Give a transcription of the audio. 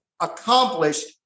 accomplished